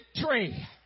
victory